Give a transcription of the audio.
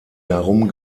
darum